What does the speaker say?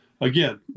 again